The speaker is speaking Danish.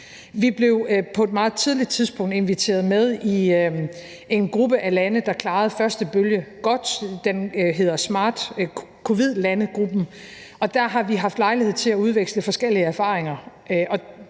Vi blev på et meget tidligt tidspunkt inviteret med i en gruppe af lande, der klarede første bølge godt, den hedder Smart Covid-19 Management Group. Og der har vi haft lejlighed til at udveksle forskellige erfaringer.